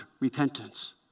repentance